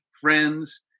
friends